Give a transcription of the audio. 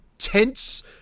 tense